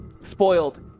Spoiled